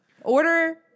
Order